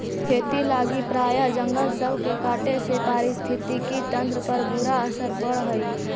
खेती लागी प्रायह जंगल सब के काटे से पारिस्थितिकी तंत्र पर बुरा असर पड़ हई